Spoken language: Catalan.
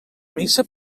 missa